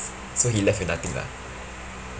so he left with nothing lah